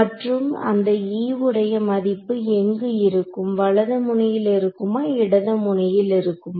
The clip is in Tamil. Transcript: மற்றும் அந்த e உடைய மதிப்பு எங்கு இருக்கும் வலது முனையில் இருக்குமா இடது முனையில் இருக்குமா